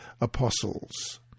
Apostles